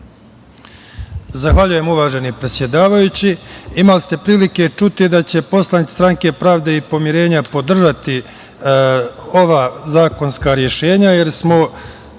Zahvaljujem, uvaženi predsedavajući. Imali ste prilike čuti da će poslanici Stranke pravde i pomirenja podržati ova zakonska rešenja, jer smo